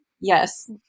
Yes